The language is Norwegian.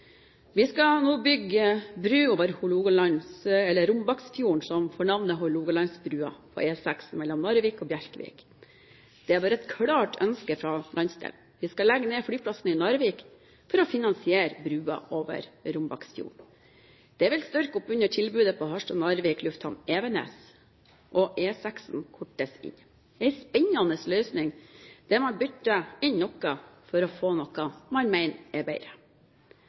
Vi skal bygge bro over Rombaksfjorden, som får navnet Hålogalandsbrua, på E6 mellom Narvik og Bjerkvik. Det har vært et klart ønske fra landsdelen. Vi skal legge ned flyplassen i Narvik for å finansiere brua over Rombaksfjorden. Det vil styrke tilbudet på Harstad–Narvik lufthavn Evenes, og E6 kortes inn. Det er en spennende løsning, der man bytter inn noe for å få noe man mener er bedre.